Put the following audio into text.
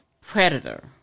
predator